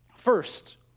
First